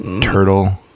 turtle